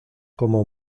como